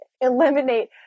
Eliminate